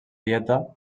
dieta